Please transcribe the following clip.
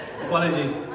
Apologies